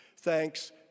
thanks